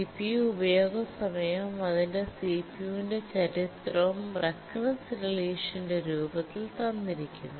CPU ഉപയോഗ സമയവും അതിന്റെ സിപിയുവിന്റെ ചരിത്രവും റെക്റൻസ് റിലേഷന്റെ രൂപത്തിൽ തന്നിരിക്കുന്നു